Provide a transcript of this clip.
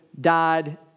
died